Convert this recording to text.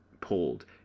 pulled